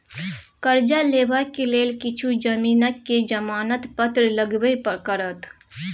करजा लेबाक लेल किछु जमीनक जमानत पत्र लगबे करत